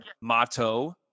motto